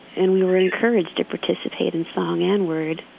and we were encouraged participate in song and word